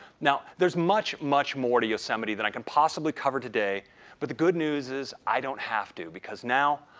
now, there's much, much more to yosemite that i can possibly cover today but the good news is i don't have to because now,